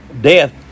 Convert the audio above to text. Death